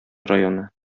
районы